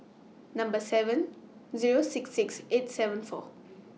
Number seven Zero six six eight seven four